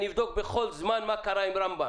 אני אבדוק בכל זמן מה קרה עם רמב"ם.